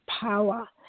power